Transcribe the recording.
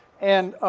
and, um,